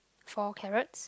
four carrots